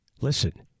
Listen